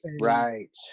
Right